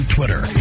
Twitter